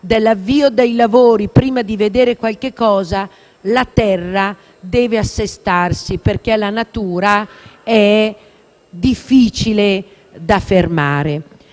dell'avvio dei lavori e di vedere qualcosa, la terra deve assestarsi perché la natura è difficile da controllare.